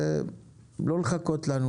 אנא אל תחכו לנו,